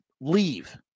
leave